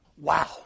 Wow